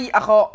ako